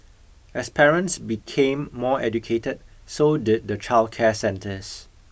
as parents became more educated so did the childcare centres